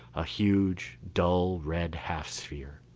a huge, dull red half sphere.